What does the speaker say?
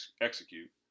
execute